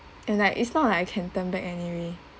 and like it's not like I can turn back anyway